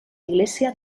iglesia